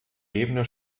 ebene